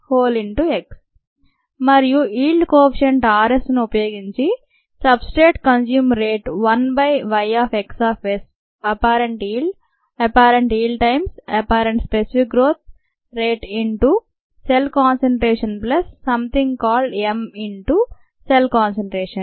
rxAxT kex మరియు yield coefficient r s ను ఉపయోగించి substrate consume rate by Y xs apparent yield apparent yield times apparent specific growth rate into cell concentration plus something called m into cell concentration